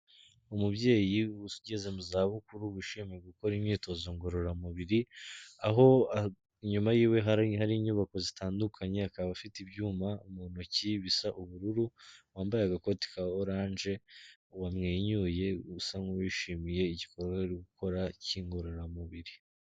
Umubyeyi ubu ugeze mu za bukuru wishime gukora imyitozo ngororamubiri, aho inyuma y'iwe hari hari inyubako zitandukanye akaba afite ibyuma mu ntoki bisa ubururu, wambaye agakoti ka orange wamwenyuye usa nk'uwishimiye igikorwa ari gukora cy'ingororamubiri.